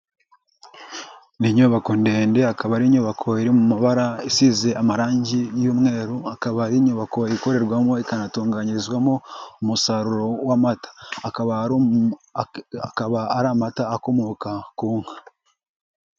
Ni nyubako ndende akaba ari inyubako iri mu mabara isize amarangi y'umweru, akaba ari inyubako ikorerwamo ikanatunganyirizwamo umusaruro w'amata. Akababa ari amata akomoka ku nka.